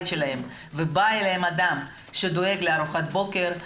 שלהם ובא אליהם אדם שדואג לארוחת בוקר,